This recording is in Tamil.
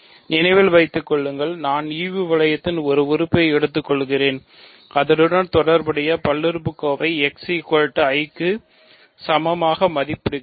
நினைவில் வைத்துக் கொள்ளுங்கள் நான் ஈவு வளையத்தில் ஒரு உறுப்பை எடுத்துக்கொள்கிறேன் அதனுடன் தொடர்புடைய பல்லுறுப்புக்கோவை x i க்கு சமமாக மதிப்பிடுகிறேன்